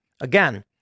Again